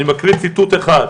אני מקריא ציטוט אחד: